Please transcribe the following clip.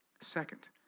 Second